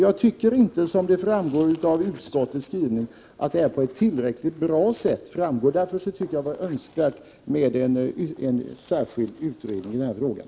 Jag anser inte att detta på ett tillräckligt bra sätt framgår av utskottets skrivning, och det vore därför önskvärt med en särskild utredning i den här frågan.